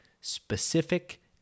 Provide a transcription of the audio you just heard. specific